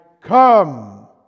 come